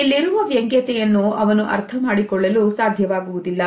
ಇಲ್ಲಿರುವ ವ್ಯಂಗ್ಯತೆಯನ್ನು ಅವನು ಅರ್ಥ ಮಾಡಿಕೊಳ್ಳಲು ಸಾಧ್ಯವಾಗುವುದಿಲ್ಲ